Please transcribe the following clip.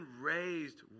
raised